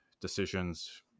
decisions